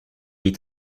est